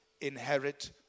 inherit